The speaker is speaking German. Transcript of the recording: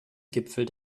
gipfel